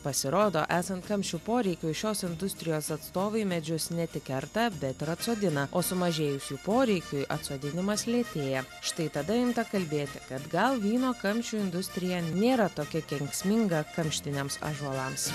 pasirodo esant kamščių poreikiui šios industrijos atstovai medžius ne tik kerta bet ir atsodina o sumažėjus jų poreikiui atsodinimas lėtėja štai tada imta kalbėti kad gal vyno kamščių industrija nėra tokia kenksminga karštiniams ąžuolams